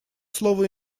слово